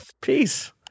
Peace